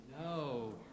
No